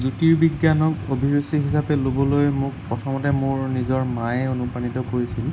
জ্যোতিৰ্বিজ্ঞানক অভিৰুচি হিচাপে ল'বলৈ মোক প্ৰথমতে মোৰ নিজৰ মায়ে অনুপ্ৰাণিত কৰিছিল